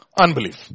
unbelief